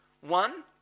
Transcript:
One